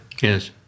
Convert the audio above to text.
Yes